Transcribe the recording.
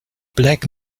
black